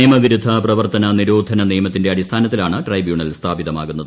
നിയമവിരുദ്ധ പ്രവർത്തന നിരോധന നിയമത്തിന്റെ അടിസ്ഥാനത്തിലാണ് ട്രൈബ്യൂണൽ സ്ഥാപിതമാകുന്നത്